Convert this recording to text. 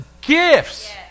gifts